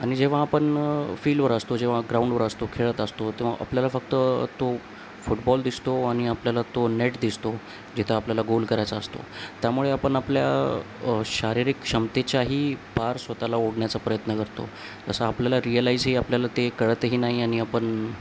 आणि जेव्हा आपण फील्डवर असतो जेव्हा ग्राउंडवर असतो खेळत असतो तेव्हा आपल्याला फक्त तो फुटबॉल दिसतो आणि आपल्याला तो नेट दिसतो जिथं आपल्याला गोल करायचा असतो त्यामुळे आपण आपल्या शारीरिक क्षमतेच्याही पार स्वतःला ओढण्याचा प्रयत्न करतो जसं आपल्याला रिअलाईजही आपल्याला ते कळतही नाही आणि आपण